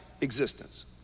existence